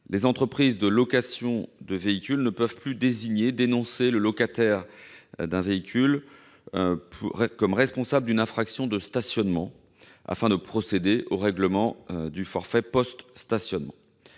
les entreprises de location de véhicules ne peuvent plus désigner le locataire responsable d'une infraction au stationnement afin de procéder au règlement du forfait post-stationnement.